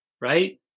right